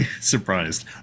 surprised